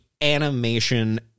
animation